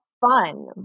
fun